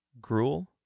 Gruel